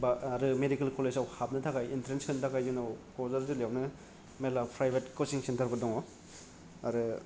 बा आरो मेडिकेल कलेजआव हाबनो थाखाय इनट्रेन्स होनो थाखाय जोंनाव क'क्राझार जिल्लायावनो मेरला प्राइभेट कसिं सेन्टारफोर दङ आरो